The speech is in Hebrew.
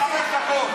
נא להמשיך בהצבעה.